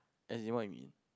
as in what you mean